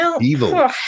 evil